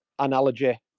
analogy